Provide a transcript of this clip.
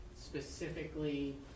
specifically